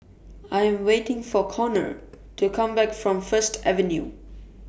I Am waiting For Conor to Come Back from First Avenue